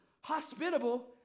hospitable